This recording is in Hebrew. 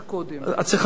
את צריכה להגיד לי.